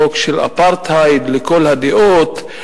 חוק של אפרטהייד לכל הדעות.